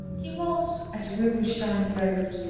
he was, as rubinstein wrote,